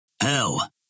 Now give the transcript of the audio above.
Hell